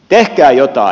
tehkää jotain